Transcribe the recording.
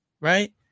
right